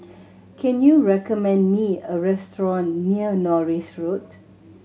can you recommend me a restaurant near Norris Road